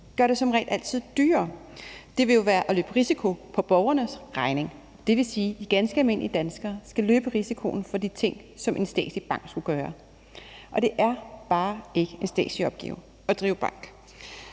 at det som regel altid er dyrere. Det vil være at løbe en risiko på borgernes regning. Det vil sige, at ganske almindelige danskere skal løbe risikoen for de ting, som en statslig bank skulle gøre. Det er bare ikke en statslig opgave at drive bank.